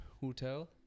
hotel